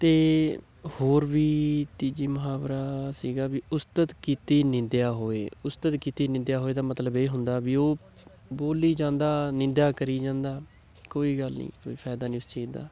ਅਤੇ ਹੋਰ ਵੀ ਤੀਜੀ ਮੁਹਾਵਰਾ ਸੀਗਾ ਵੀ ਉਸਤਤ ਕੀਤੀ ਨਿੰਦਿਆ ਹੋਏ ਉਸਤਤ ਕੀਤੀ ਨਿੰਦਿਆ ਹੋਏ ਦਾ ਮਤਲਬ ਇਹ ਹੁੰਦਾ ਵੀ ਉਹ ਬੋਲੀ ਜਾਂਦਾ ਨਿੰਦਿਆ ਕਰੀ ਜਾਂਦਾ ਕੋਈ ਗੱਲ ਨਹੀਂ ਕੋਈ ਫਾਇਦਾ ਨਹੀਂ ਉਸ ਚੀਜ਼ ਦਾ